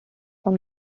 from